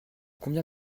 combien